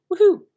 woohoo